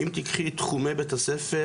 אם תקחי את תחומי בית הספר,